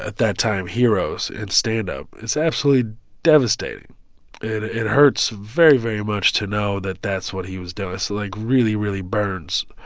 that that time, heroes in stand-up. it's absolutely devastating. and it hurts very, very much to know that that's what he was doing. that, like, really, really burns.